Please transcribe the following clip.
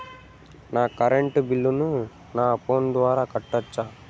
నా కరెంటు బిల్లును నా ఫోను ద్వారా కట్టొచ్చా?